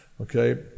Okay